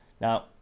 Now